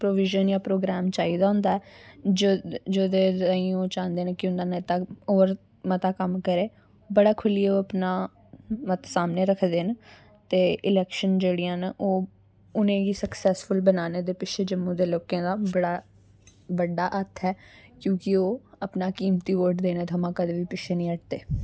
provision जां programme चाहिदा होंदा जेह्दे ताहीं ओह् चाहंदे की उंदा नेता मता कम्म करै बड़ा खुल्लियै ओह् अपना मत सामनै रक्खदे न ते इलेक्शन जेह्ड़ियां न ओह् उनेंगी सक्सेसफुल बनाने ताहीं जम्मू दे लोकें दा बड़ा बड्डा हत्थ ऐ क्युंकि ओह् अपना कीमती वोट देने थमां कदें निं पिच्छें निं हट्टदे